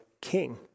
king